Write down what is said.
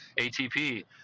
ATP